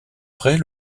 près